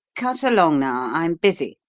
cut along, now i'm busy!